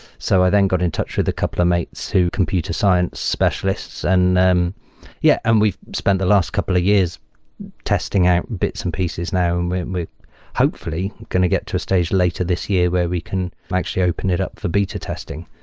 so i then got in touch with a couple of mates who computer science specialists and, yeah, and we've spent the last couple of years testing out bits and pieces now and we're hopefully going to get to a stage later this year where we can actually open it up for beta testing.